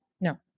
No